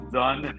done